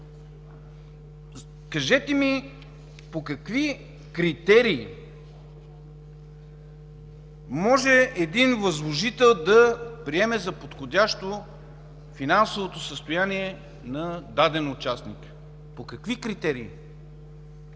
кажете ми по какви критерии може един възложител да приеме за подходящо финансовото състояние на даден участник? По какви критерии?